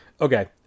Okay